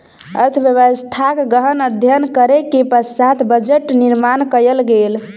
अर्थव्यवस्थाक गहन अध्ययन करै के पश्चात बजट निर्माण कयल गेल